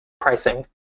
pricing